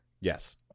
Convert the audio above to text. Yes